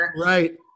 Right